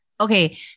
Okay